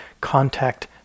contact